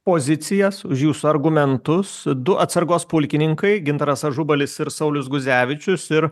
pozicijas už jūsų argumentus du atsargos pulkininkai gintaras ažubalis ir saulius guzevičius ir